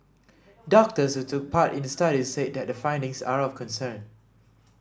doctors who took part in the study said that the findings are of concern